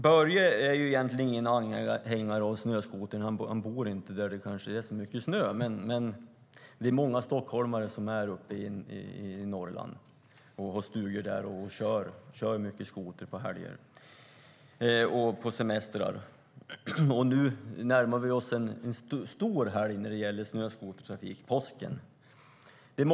Börje Vestlund är egentligen ingen anhängare av snöskotern; han bor inte där det är så mycket snö. Men det är många stockholmare som är uppe i Norrland, har stugor där och kör mycket skoter på helger och semestrar. Nu närmar vi oss en stor helg när det gäller snöskotertrafiken, nämligen påsken.